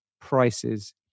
prices